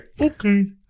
Okay